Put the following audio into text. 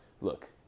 Look